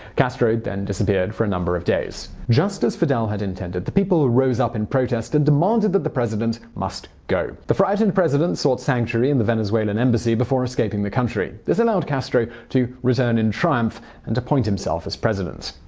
castro then disappeared for a number of days. just as fidel had intended, the people ah rose up in protest and demanded that the president must go. a frightened urrutia sought sanctuary in the venezuelan embassy before escaping the country. this allowed castro to return in triumph and appoint himself as president.